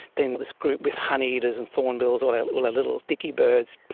then this group with honeyeaters and thornbills, all our little ah little dickie birds.